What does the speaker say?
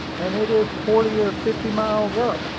and it is forty or fifty miles up,